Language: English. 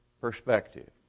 perspective